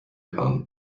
kamen